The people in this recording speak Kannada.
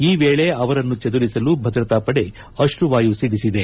ಈ ವೇಳೆ ಅವರನ್ನು ಚದುರಿಸಲು ಭದ್ರತಾಪಡೆ ಅಶುವಾಯು ಸಿಡಿಸಿದೆ